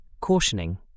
Cautioning